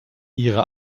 ihre